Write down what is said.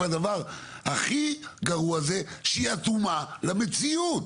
והדבר הכי גרוע זה שהיא אטומה למציאות.